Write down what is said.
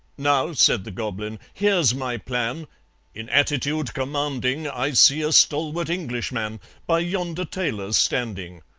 now, said the goblin, here's my plan in attitude commanding, i see a stalwart englishman by yonder tailor's standing.